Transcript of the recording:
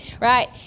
right